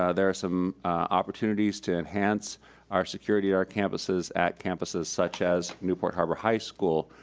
ah there are some opportunities to enhance our security, our campuses, at campuses such as newport harbor high school,